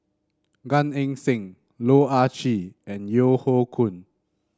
Gan Eng Seng Loh Ah Chee and Yeo Hoe Koon